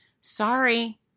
sorry